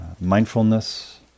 mindfulness